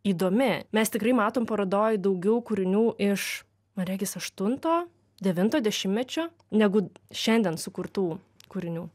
įdomi mes tikrai matom parodoj daugiau kūrinių iš man regis aštunto devinto dešimtmečio negu šiandien sukurtų kūrinių